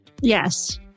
Yes